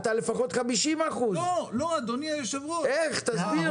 ועדיין שומר לעצמו